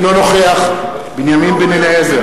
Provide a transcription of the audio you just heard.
אינו נוכח בנימין בן-אליעזר,